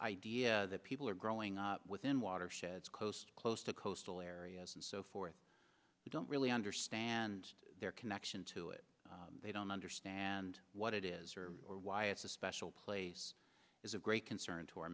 idea that people are growing up within watersheds close close to coastal areas and so forth we don't really understand their connection to it they don't understand what it is or why it's a special place is of great concern to